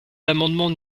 l’amendement